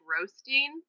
roasting